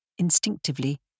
Instinctively